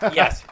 yes